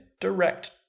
direct